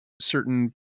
certain